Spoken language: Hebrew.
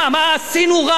מה עשינו רע?